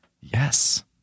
Yes